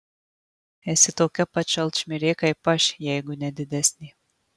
esi tokia pat šalčmirė kaip aš jeigu ne didesnė